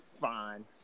fine